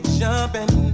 jumping